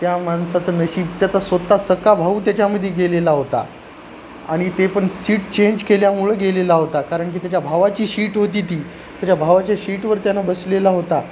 त्या माणसाचं नशीब त्याचा स्वत सख्खा भाऊ त्याच्यामध्ये गेलेला होता आणि ते पण सीट चेंज केल्यामुळे गेलेला होता कारण की त्याच्या भावाची शीट होती ती त्याच्या भावाच्या शीटवर त्यानं बसलेला होता